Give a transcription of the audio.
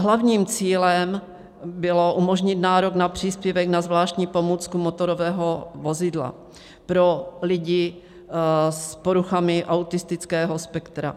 Hlavním cílem bylo umožnit nárok na příspěvek na zvláštní pomůcku motorové vozidlo pro lidi s poruchami autistického spektra.